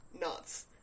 nuts